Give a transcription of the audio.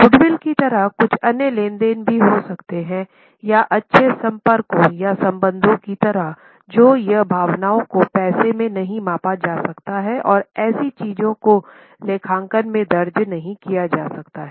goodwill की तरह कुछ अन्य लेनदेन भी हो सकते हैं या अच्छे संपर्कों या संबंधों की तरह जो या भावनाओं को पैसे में नहीं मापा जा सकता है और ऐसी चीजों को लेखांकन में दर्ज नहीं किया जा सकता है